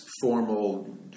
formal